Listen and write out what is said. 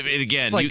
again